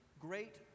great